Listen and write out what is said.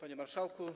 Panie Marszałku!